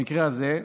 במקרה הזה,